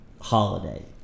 holiday